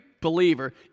believer